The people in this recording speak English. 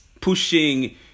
pushing